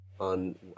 on